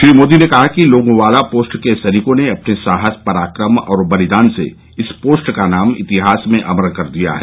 श्री मोदी ने कहा कि लोगोवालापोस्ट के सैनिकों ने अपने साहस पराक्रम और बलिदान से इस पोस्ट का नाम इतिहास में अमर कर दिया है